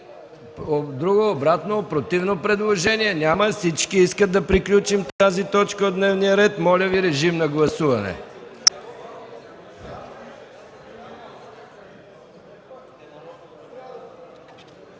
друго обратно, противно предложение? Няма. Всички искат да приключим тази точка от дневния ред. Моля Ви, режим на гласуване.